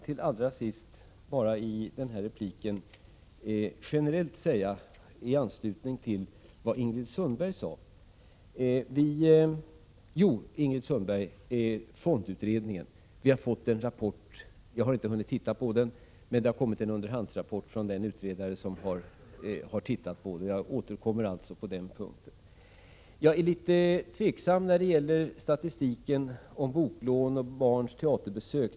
Till Ingrid Sundberg vill jag säga att vi fått en underhandsrapport från fondutredningen. Jag har inte hunnit läsa den, och jag återkommer alltså på den punkten. Jag är litet tveksam när det gäller statistiken över boklån och barnteaterbesök.